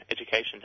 education